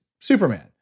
Superman